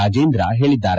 ರಾಜೇಂದ್ರ ಹೇಳಿದ್ದಾರೆ